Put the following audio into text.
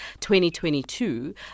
2022